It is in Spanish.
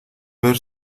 ver